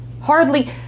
Hardly